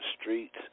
streets